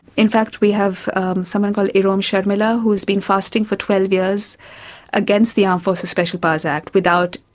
in fact, we have someone called irom sharmila, who's been fasting for twelve years against the armed forces special powers act without.